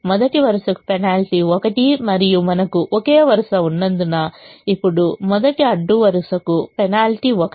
మొదటి వరుసకు పెనాల్టీ 1 మరియు మనకు ఒకే వరుస ఉన్నందున ఇప్పుడు మొదటి అడ్డు వరుసకు పెనాల్టీ 1